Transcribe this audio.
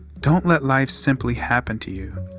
don't let life simply happen to you.